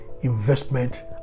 investment